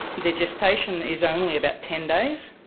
their gestation is only about ten days,